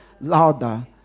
louder